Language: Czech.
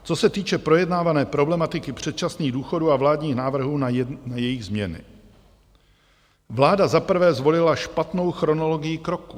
Co se týče projednávané problematiky předčasných důchodů a vládních návrhů na jejich změny, vláda za prvé zvolila špatnou chronologii kroků.